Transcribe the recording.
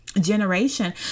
generation